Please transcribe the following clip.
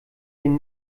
den